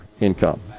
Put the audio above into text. income